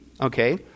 okay